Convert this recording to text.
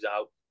out